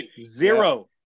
zero